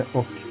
och